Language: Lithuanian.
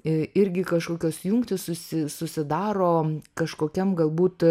irgi kažkokios jungtys susidaro kažkokiam galbūt